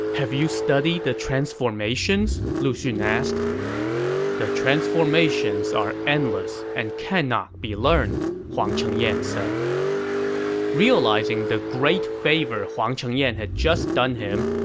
have you studied the transformations? lu xun asked the transformations are endless and cannot be learned, huang chengyan said realizing the great favor huang chengyan had just done him,